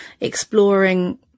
exploring